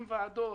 עם ועדות,